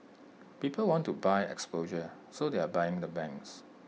people want to buy exposure so they're buying the banks